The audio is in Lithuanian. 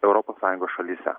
europos sąjungos šalyse